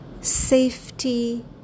safety